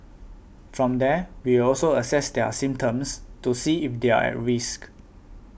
from there we'll also assess their symptoms to see if they're a risk